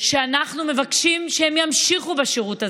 שאנחנו מבקשים שהם ימשיכו בשירות הזה.